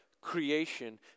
creation